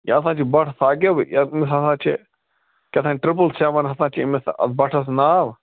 یہِ ہَسا چھُ بَٹ ساقب أمِس ہسا چھِ کیٛاہتانۍ ٹرٛپُل سٮ۪وَن ہَسا چھِ أمِس اتھ بٹھَس ناو